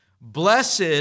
Blessed